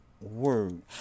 word